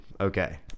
Okay